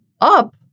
up